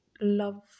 love